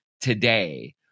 today